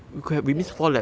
that was so bad